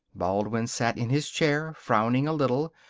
baldwin sat in his chair, frowning a little,